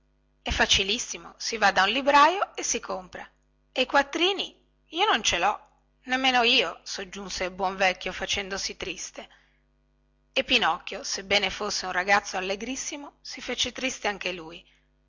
è facilissimo si va da un libraio e si compra e i quattrini io non ce lho nemmeno io soggiunse il buon vecchio facendosi tristo e pinocchio sebbene fosse un ragazzo allegrissimo si fece tristo anche lui